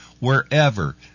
wherever